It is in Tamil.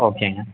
ஓகேங்க